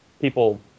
people